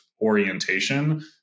orientation